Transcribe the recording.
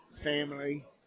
family